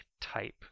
type